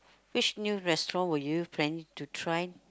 which new restaurant were you planning to try